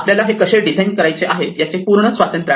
आपल्याला हे कसे डिझाईन करायचे याचे पूर्ण स्वातंत्र्य आहे